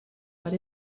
but